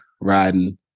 riding